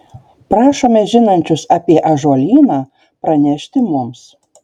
prašome žinančius apie ąžuolyną pranešti mums